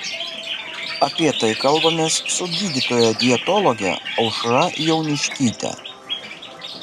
apie tai kalbamės su gydytoja dietologe aušra jauniškyte